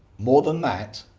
more than that,